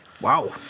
wow